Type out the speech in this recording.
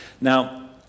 Now